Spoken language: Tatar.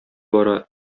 бара